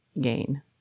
gain